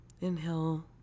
Inhale